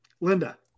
Linda